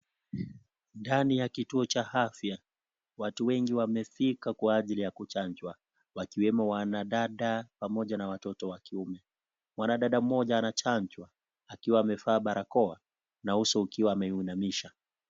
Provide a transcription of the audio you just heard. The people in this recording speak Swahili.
Ndani ya kituo cha afya, watu wengi wamefika kwa ajili ya kuchanjwa, wakiwemo wanadada, pamoja na watoto wa kiume. Mwanadada mmoja anachanjwa akiwa amevaa barakoa, na uso ukiwa ameuinamisha.